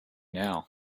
now